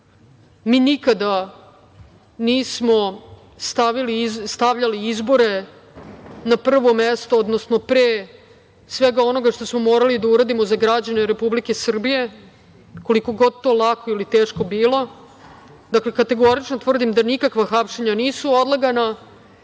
nikada nismo stavljali izbore na prvo mesto, odnosno pre svega onoga što smo morali da uradimo za građane Republike Srbije, koliko god to lako ili teško bilo. Dakle, kategorično tvrdim da nikakva hapšenja nisu odlagana